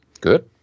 Good